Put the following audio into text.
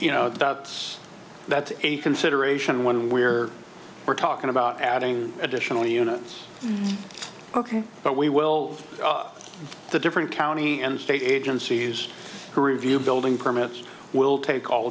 you know that's that's a consideration when we're we're talking about adding additional units ok but we will the different county and state agencies who review building permits will take all